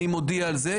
אני מודיע על זה,